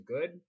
good